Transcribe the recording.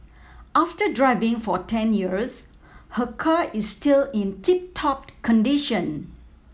after driving for ten years her car is still in tip top condition